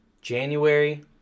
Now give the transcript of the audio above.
January